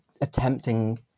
attempting